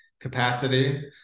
capacity